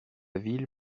ville